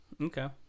Okay